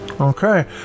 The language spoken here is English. okay